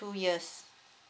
two years